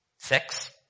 Sex